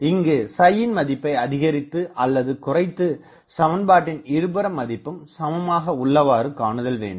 இங்கு யின் மதிப்பை அதிகரித்து அல்லது குறைத்து சமன்பாட்டின் இருபுற மதிப்பும் சமமாக உள்ளவாறு காணுதல் வேண்டும்